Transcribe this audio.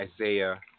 Isaiah